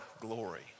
glory